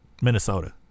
minnesota